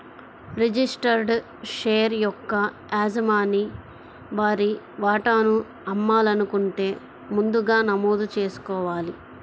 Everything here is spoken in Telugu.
రిజిస్టర్డ్ షేర్ యొక్క యజమాని వారి వాటాను అమ్మాలనుకుంటే ముందుగా నమోదు చేసుకోవాలి